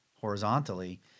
horizontally